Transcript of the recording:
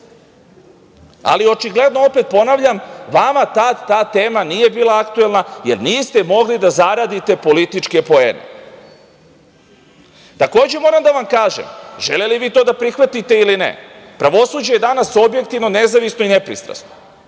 Očigledno, opet ponavljam, vama tad ta tema nije bila aktuelna, jer niste mogli da zaradite političke poene. Takođe, moram da vam kažem, želeli vi to da prihvatite ili ne, pravosuđe je danas objektivno nezavisno i nepristrasno.